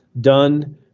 done